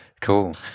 Cool